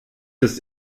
ist